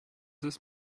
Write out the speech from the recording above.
this